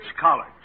college